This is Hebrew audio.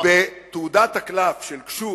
ובתעודת הקלף של גשור,